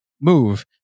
move